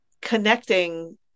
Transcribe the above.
connecting